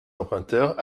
emprunteurs